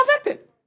affected